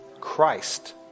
Christ